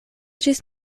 ĝis